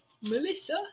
Melissa